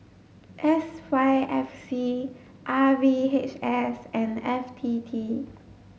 S Y F C R V H S and F T T